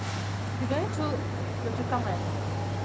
we going through the tukang right